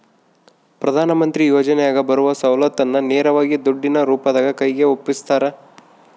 ಪ್ರಧಾನ ಮಂತ್ರಿ ಯೋಜನೆಯಾಗ ಬರುವ ಸೌಲತ್ತನ್ನ ನೇರವಾಗಿ ದುಡ್ಡಿನ ರೂಪದಾಗ ಕೈಗೆ ಒಪ್ಪಿಸ್ತಾರ?